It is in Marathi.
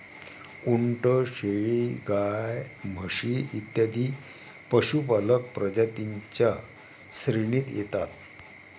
उंट, शेळी, गाय, म्हशी इत्यादी पशुपालक प्रजातीं च्या श्रेणीत येतात